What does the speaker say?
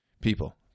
people